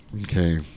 okay